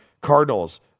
Cardinals